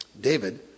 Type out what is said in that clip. David